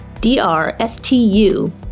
D-R-S-T-U